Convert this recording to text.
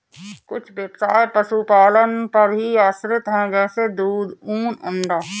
कुछ ब्यवसाय पशुपालन पर ही आश्रित है जैसे दूध, ऊन, अंडा